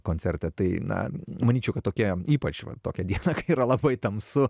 koncerte tai na manyčiau kad tokia ypač va tokia diena kai yra labai tamsu